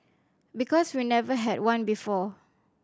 because we never had one before